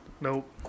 Nope